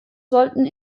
sollten